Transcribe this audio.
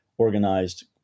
organized